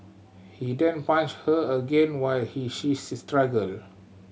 he then punched her again while he she struggled